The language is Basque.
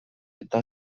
eta